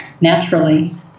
naturally